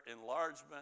enlargement